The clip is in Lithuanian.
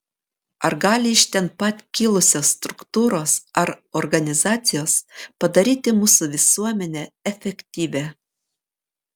ar gali iš ten pat kilusios struktūros ar organizacijos padaryti mūsų visuomenę efektyvią